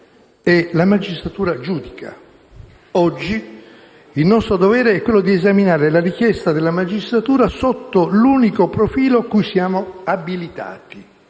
la magistratura giudica. Oggi il nostro dovere è quello di esaminare la richiesta della magistratura sotto l'unico profilo cui siamo abilitati: